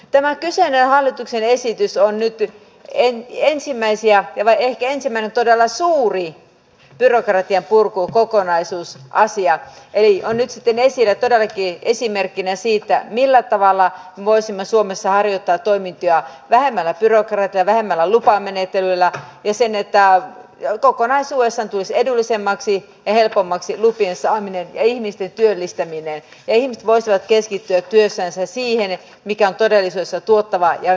tämä kyseinen hallituksen esitys on nyt ensimmäisiä tai ehkä ensimmäinen todella suuri byrokratian purkukokonaisuusasia eli on nyt esillä todellakin esimerkkinä siitä millä tavalla me voisimme suomessa harjoittaa toimintoja vähemmällä byrokratialla vähemmällä lupamenettelyllä ja niin että kokonaisuudessaan tulisi edullisemmaksi ja helpommaksi lupien saaminen ja ihmisten työllistäminen ja ihmiset voisivat keskittyä työssänsä siihen mikä on todellisuudessa tuottavaa ja merkittävää työtä